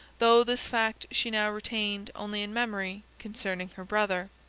though this fact she now retained only in memory concerning her brother.